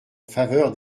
faveur